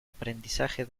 aprendizaje